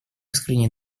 искренне